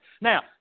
Now